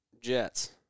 Jets